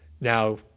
Now